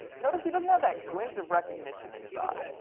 notice he doesn't have that glint of recognition in his eye.